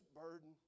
burden